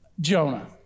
Jonah